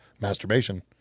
masturbation